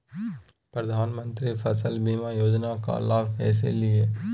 प्रधानमंत्री फसल बीमा योजना का लाभ कैसे लिये?